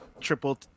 Triple